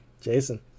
Jason